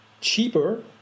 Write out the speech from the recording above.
cheaper